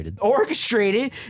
orchestrated